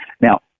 Now